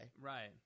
Right